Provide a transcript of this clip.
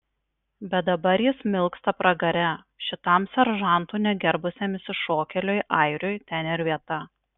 bet dabar jis smilksta pragare šitam seržantų negerbusiam išsišokėliui airiui ten ir vieta